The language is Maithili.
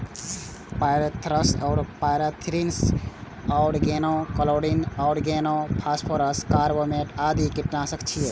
पायरेथ्रम आ pyrethrin, organochlorine, organophosphorus, carbamate आदि कीटनाशक छियै